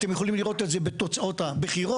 אתם יכולים לראות את זה בתוצאות הבחירות,